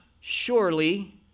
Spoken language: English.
surely